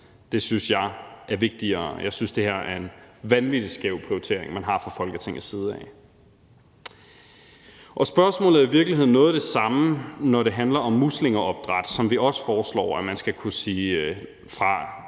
Det synes jeg er vigtigere, og jeg synes, det her er en vanvittig skæv prioritering, man har fra Folketingets side af. Spørgsmålet er i virkeligheden noget af det samme, når det handler om muslingeopdræt, som vi også foreslår man skal kunne sige fra